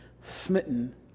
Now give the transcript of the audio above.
smitten